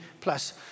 plus